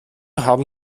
haben